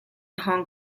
hong